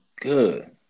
Good